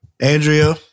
Andrea